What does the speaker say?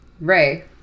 Ray